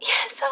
Yes